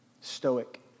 stoic